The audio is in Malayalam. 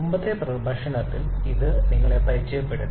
മുമ്പത്തെ പ്രഭാഷണത്തിൽ ഇത് നിങ്ങളെ പരിചയപ്പെടുത്തി